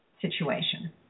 situation